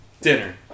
dinner